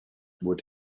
would